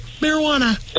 Marijuana